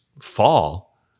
fall